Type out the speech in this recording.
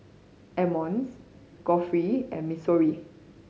Emmons Geoffrey and Missouri